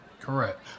Correct